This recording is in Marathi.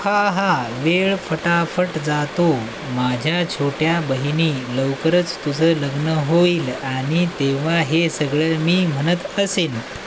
हाहा वेळ फटाफट जातो माझ्या छोट्या बहिणी लवकरच तुझं लग्न होईल आणि तेव्हा हे सगळं मी म्हणत असेन